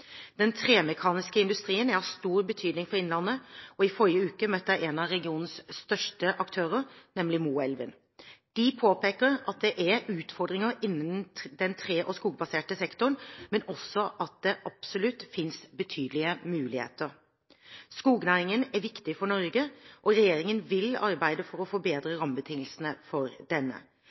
Den tremekaniske industrien er av stor betydning for Innlandet, og i forrige uke møtte jeg en av regionens største aktører, nemlig Moelven. De påpeker at det er utfordringer innen den tre- og skogbaserte sektoren, men også at det absolutt finnes betydelige muligheter. Skognæringen er viktig for Norge, og regjeringen vil arbeide for å forbedre rammebetingelsene for denne.